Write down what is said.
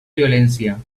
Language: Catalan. violència